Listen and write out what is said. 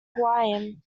hawaiian